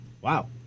Wow